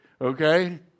Okay